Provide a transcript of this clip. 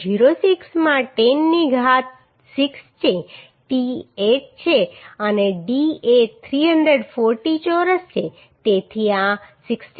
06 માં 10 ની ઘાત 6 છે t 8 છે અને d એ 340 ચોરસ છે તેથી આ 65